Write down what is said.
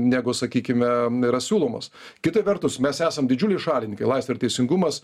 negu sakykime yra siūlomos kita vertus mes esam didžiuliai šalininkai laisvė ir teisingumas